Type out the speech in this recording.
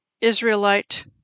Israelite